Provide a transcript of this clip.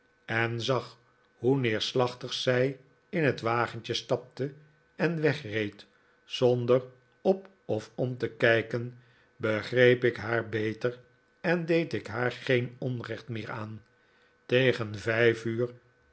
en zag hoe neerslachtig zij in het wagentje stapte en wegreed zonder op of om te kijken begreep ik haar beter en deed ik haar geen onrecht meer aan tegen vijf uur